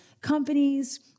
companies